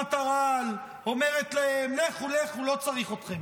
מכונת הרעל אומרת להם: לכו, לכו, לא צריך אתכם.